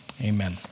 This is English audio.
amen